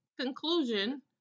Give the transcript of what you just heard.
conclusion